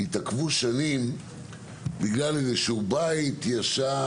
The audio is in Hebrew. התעכבו שנים בגלל איזה שהוא בית ישן,